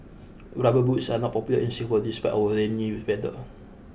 rubber boots are not popular in Singapore despite our rainy weather